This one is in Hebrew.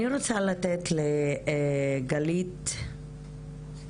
אני רוצה לתת את רשות הדיבור לגלית והבה